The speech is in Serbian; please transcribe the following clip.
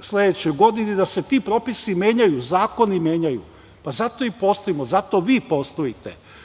sledećoj godini da se ti propisi menjaju, da se zakoni menjaju. Zato i postojimo, zato vi postojite.